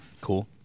Cool